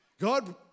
God